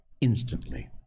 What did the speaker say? instantly